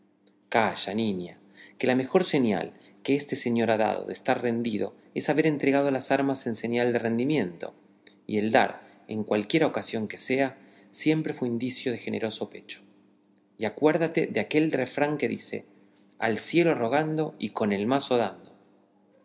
calla niña que la mejor señal que este señor ha dado de estar rendido es haber entregado las armas en señal de rendimiento y el dar en cualquiera ocasión que sea siempre fue indicio de generoso pecho y acuérdate de aquel refrán que dice al cielo rogando y con el mazo dando